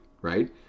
right